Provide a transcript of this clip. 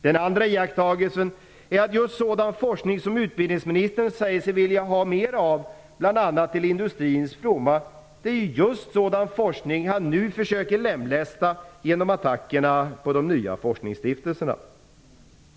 Det andra iakttagelsen är att just sådan forskning som utbildningsministern säger sig vilja ha mera av, bl.a. till industrins fromma, är just sådan forskning som han nu försöker lemlästa genom attackerna på de nya forskningsstiftelserna.